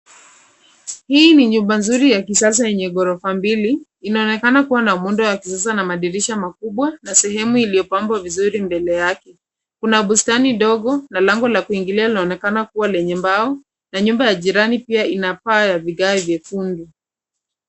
Hii ni nyumba nzuri ya kisasa yenye gorofa mbili. Inaonekana kuwa na muundo wa kisasa na madirisha makubwa na sehemu iliyopambwa vizuri mbele yake. Kuna bustani ndogo na lango ka kuingilia linaonekana kuwa lenye mbao na nyumba ya jirani pia ina paa ya vigae vyekundu.